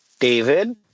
David